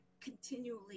continually